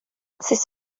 sut